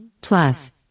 Plus